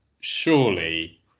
Surely